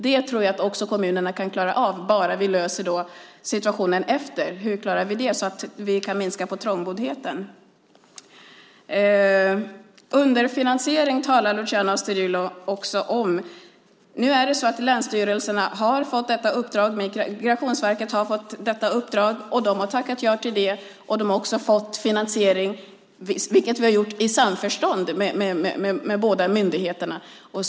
Jag tror att kommunerna kan klara av detta, bara vi löser situationen efter så att vi kan minska trångboddheten. Luciano Astudillo talar också om underfinansiering. Länsstyrelserna och Migrationsverket har fått detta uppdrag. De har tackat ja till det, och finansieringen är gjord i samförstånd med båda myndigheterna.